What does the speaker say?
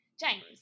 James